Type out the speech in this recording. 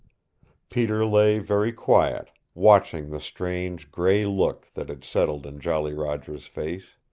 peter lay very quiet, watching the strange gray look that had settled in jolly roger's face.